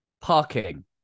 Parking